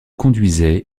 conduisait